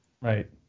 Right